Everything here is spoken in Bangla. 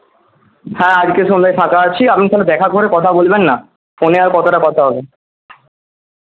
হ্যাঁ আজকে সন্ধ্যে ফাঁকা আছি আপনি তাহলে দেখা করে কথা বলবেন না ফোনে আর কতটা কথা হবে